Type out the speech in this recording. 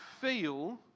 feel